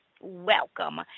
welcome